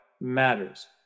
matters